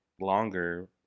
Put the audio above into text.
longer